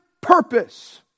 purpose